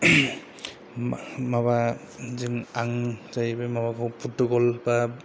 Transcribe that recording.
माबा आं जाहैबाय माबाखौ पर्टुगल बा